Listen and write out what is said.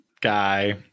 guy